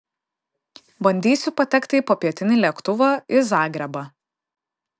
bandysiu patekti į popietinį lėktuvą į zagrebą